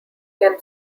can